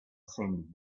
seemed